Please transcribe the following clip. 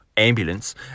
Ambulance